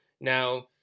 Now